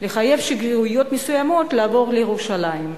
לחייב שגרירויות מסוימות לעבור לירושלים.